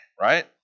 right